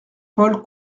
paul